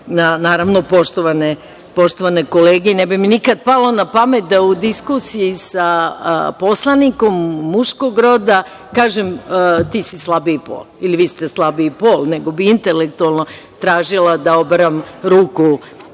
na poštovane kolege. Ne bi mi nikada palo napamet da u diskusiji sa poslanikom muškog roda kažem ti si slabiji pol ili vi ste slabiji pol, nego bi intelektualno tražili da obaram ruku